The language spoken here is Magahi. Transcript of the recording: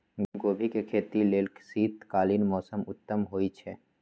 गोभी के खेती लेल शीतकालीन मौसम उत्तम होइ छइ